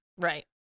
Right